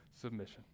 submission